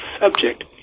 subject